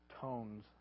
tones